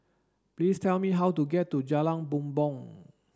please tell me how to get to Jalan Bumbong